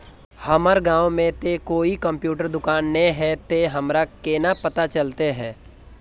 हमर गाँव में ते कोई कंप्यूटर दुकान ने है ते हमरा केना पता चलते है?